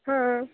ಹಾಂ